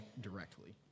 directly